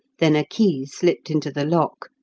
then a key slipped into the lock,